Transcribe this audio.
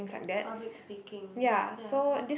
public speaking ya